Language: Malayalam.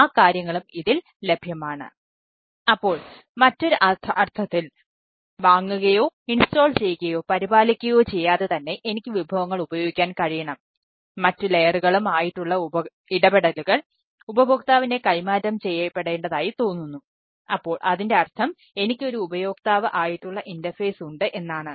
ആ കാര്യങ്ങളും ഇതിൽ ലഭ്യമാണ് അപ്പോൾ മറ്റൊരു അർത്ഥത്തിൽ വാങ്ങുകയോ ഇൻസ്റ്റോൾ ഉണ്ട് എന്നാണ്